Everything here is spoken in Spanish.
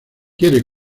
quiere